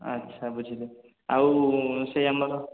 ଆଚ୍ଛା ବୁଝିଲି ଆଉ ସେ ଆମର